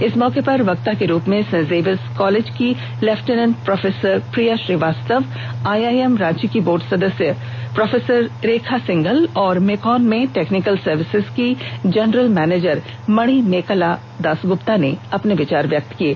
इस मौके पर वक्ता के रूप में संत जेवियर कॉलेज की lieutenant professor Priya Srivastava IIM Ranchi की बोर्ड सदस्य प्रोफेसर रेखा सिंघल और मेकॉन में टेक्निकल सर्विस की जनरल मैनेजर मणि मेकाला दासगुप्ता ने अपने विचार व्यक्त किये